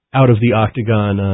out-of-the-octagon